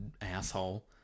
Asshole